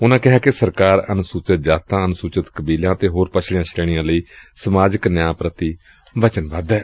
ਉਨਾਂ ਕਿਹਾ ਕਿ ਸਰਕਾਰ ਅਨੁਸੁਚਿਤ ਜਾਤਾਂ ਅਨੁਸੁਚਿਤ ਕਬੀਲਿਆਂ ਅਤੇ ਹੋਰ ਪਛੜੀਆਂ ਸ੍ਤੇਣੀਆਂ ਲਈ ਸਮਾਜਿਕ ਨਿਆਂ ਪ੍ਰਤੀ ਵਚਨਬੱਧ ਏ